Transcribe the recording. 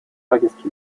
повестке